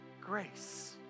grace